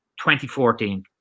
2014